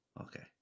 Okay